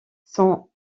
son